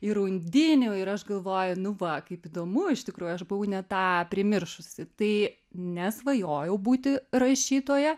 ir undinių ir aš galvoju nu va kaip įdomu iš tikrųjų aš buvau net tą primiršusi tai nesvajojau būti rašytoja